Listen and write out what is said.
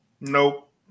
Nope